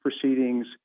proceedings